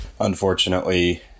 unfortunately